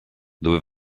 dove